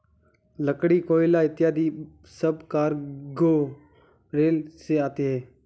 लकड़ी, कोयला इत्यादि सब कार्गो रेल से आते हैं